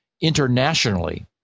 internationally